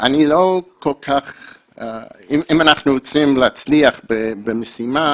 אם אנחנו רוצים להצליח במשימה